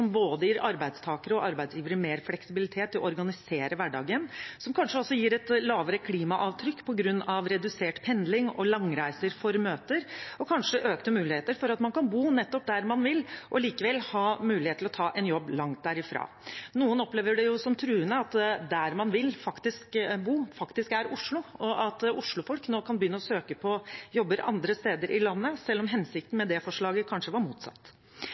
både arbeidstakere og arbeidsgivere mer fleksibilitet til å organisere hverdagen, som kanskje også gir et lavere klimaavtrykk på grunn av redusert pendling og langreiser for møter, og kanskje økte muligheter for at man kan bo nettopp der man vil, og likevel ha mulighet til å ta en jobb langt der ifra. Noen opplever det som truende at der man vil bo, faktisk er Oslo, og at Oslo-folk nå kan begynne å søke på jobber andre steder i landet, selv om hensikten med det forslaget kanskje var motsatt.